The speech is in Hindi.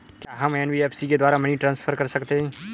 क्या हम एन.बी.एफ.सी के द्वारा मनी ट्रांसफर कर सकते हैं?